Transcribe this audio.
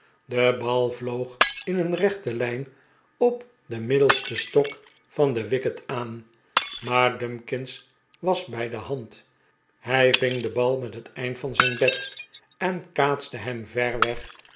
de bal vloog in een rechte lijn op den middelsten stok van het wicket aan maar dumkins was bij de hand hij ving den bal met het eind van zijn bat en kaatste hem ver weg